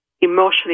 emotionally